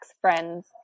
friends